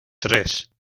tres